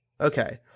Okay